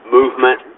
movement